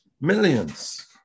millions